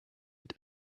had